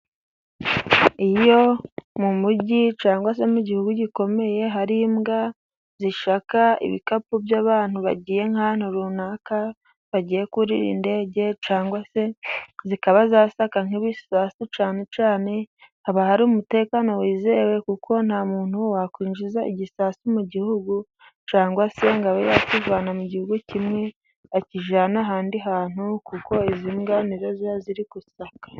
Iyo mu mujyi cyangwa se mu gihugu gikomeye hari imbwa zisaka ibikapu by'abantu bagiye nk'ahantu runaka, bagiye kurira indege cyangwa se zikaba zasaka nk'ibisasu, cyane cyane haba hari umutekano wizewe, kuko nta muntu wakwinjiza igisasu mu gihugu cyangwa se ngo abe yakivana mu gihugu kimwe akijyane ahandi hantu, kuko izi mbwa nizo ziba ziri gusaka.